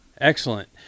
Excellent